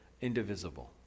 indivisible